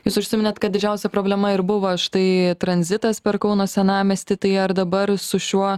jūs užsimenat kad didžiausia problema ir buvo štai tranzitas per kauno senamiestį tai ar dabar su šiuo